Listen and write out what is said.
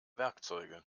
werkzeuge